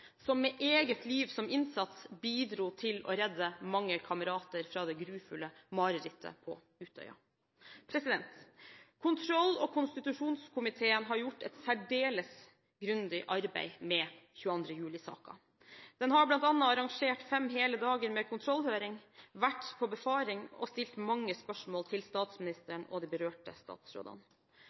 som med eget liv som innsats bidro til å redde mange kamerater fra det grufulle marerittet på Utøya. Kontroll- og konstitusjonskomiteen har gjort et særdeles grundig arbeid med 22. juli-saken. Den har bl.a. arrangert fem hele dager med kontrollhøringer, vært på befaring og stilt mange spørsmål til statsministeren og de berørte statsrådene.